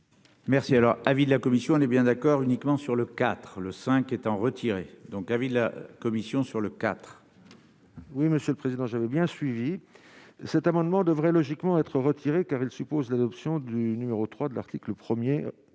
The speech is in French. Merci à l'avis de la commission, on est bien d'accord, uniquement sur le 4 le 5 est retirer donc avis de la Commission sur le 4 E. Oui, monsieur le président je veux bien suivi cet amendement devrait logiquement être retirés car il suppose l'adoption du numéro 3 de l'article 1er